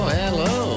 hello